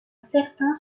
certain